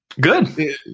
Good